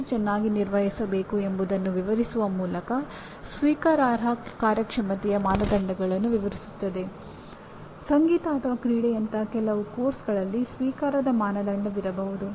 ಎಂಜಿನಿಯರ್ಗಳು ಯೋಜನೆ ರೂಪಿಸುವುದು ವಿನ್ಯಾಸ ಅಭಿವೃದ್ಧಿ ಉತ್ಪಾದನೆ ಪರೀಕ್ಷೆ ಸ್ಥಾಪನೆ ತಾಂತ್ರಿಕ ಉತ್ಪನ್ನಗಳ ನಿರ್ವಹಣೆ ಮಾಡುತ್ತಾರೆ